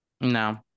No